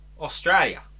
Australia